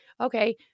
okay